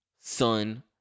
son